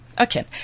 okay